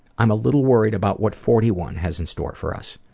i'm a little worried about what forty one has in store for us,